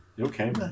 okay